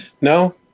no